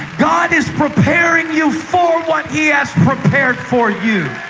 god is preparing you for what he has prepared for you.